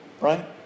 right